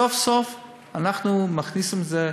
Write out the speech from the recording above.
סוף-סוף אנחנו מכניסים את זה.